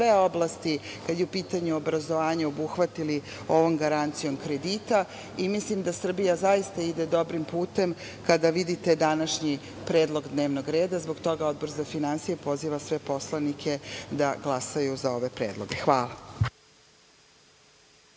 oblasti kada je u pitanju obrazovanje obuhvatili ovom garancijom kredita. Mislim da Srbija zaista ide dobrim putem kada vidite današnji predlog dnevnog reda. Zbog toga Odbor za finansije poziva sve poslanike da glasaju za ove predloge. Hvala.